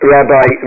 Rabbi